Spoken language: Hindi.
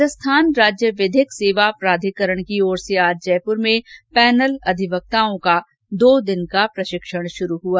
राजस्थान राज्य विधिक सेवा प्राधिकरण की ओर से आज से जयपुर में पैनल अधिवक्ताओं का दो दिन का प्रशिक्षण शुरू हुआ